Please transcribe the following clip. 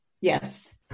Yes